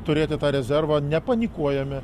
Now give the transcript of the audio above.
turėti tą rezervą nepanikuojame